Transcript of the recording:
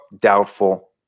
doubtful